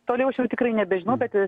toliau aš jau tikrai nebežinau bet